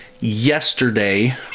yesterday